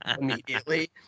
immediately